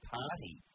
party